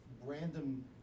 random